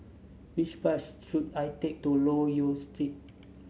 which bus should I take to Loke Yew Street